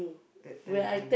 at times on~